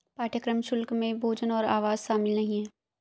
पाठ्यक्रम शुल्क में भोजन और आवास शामिल नहीं है